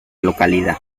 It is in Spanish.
localidad